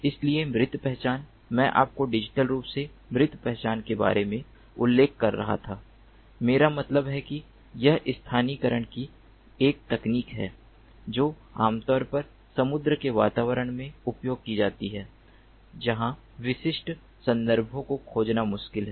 इसलिए मृत पहचान मैं आपको डिजिटल रूप से मृत पहचान के बारे में उल्लेख कर रहा था मेरा मतलब है कि यह स्थानीयकरण की एक तकनीक है जो आमतौर पर समुद्र के वातावरण में उपयोग की जाती है जहां विशिष्ट संदर्भों को खोजना मुश्किल है